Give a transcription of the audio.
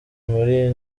muri